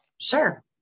Sure